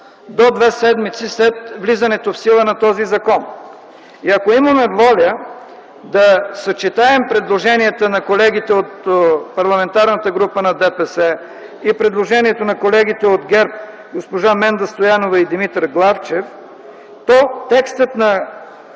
до две седмици след влизането в сила на този закон. И ако имаме воля да съчетаем предложенията на колегите от Парламентарната група на ДПС и предложението на колегите от ГЕРБ госпожа Менда Стоянова и Димитър Главчев, то текстът на